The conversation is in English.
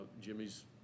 Jimmy's